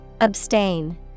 Abstain